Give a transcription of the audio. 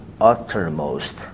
uttermost